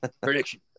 prediction